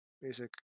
basic